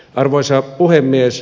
arvoisa puhemies